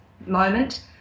moment